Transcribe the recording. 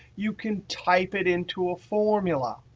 you can type it into ah formula.